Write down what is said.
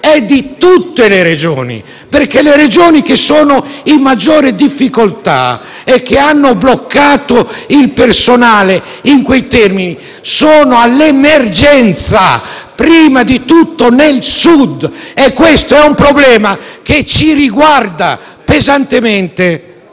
è di tutte le Regioni, perché quelle in maggiore difficoltà e che hanno bloccato il personale in quei termini sono all'emergenza, prima di tutto al Sud. E questo è un problema che ci riguarda pesantemente.